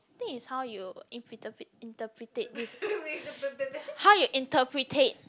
think it's how you interpret it how you interpretate